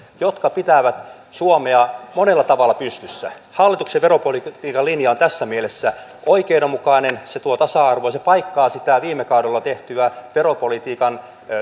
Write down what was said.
jotka pitävät suomea monella tavalla pystyssä hallituksen veropolitiikan linja on tässä mielessä oikeudenmukainen se tuo tasa arvoa se paikkaa sitä viime kaudella tehtyä veropolitiikan